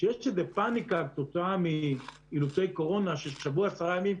כשיש איזושהי פאניקה כתוצאה מאילוצי קורונה של שבוע או עשרה ימים,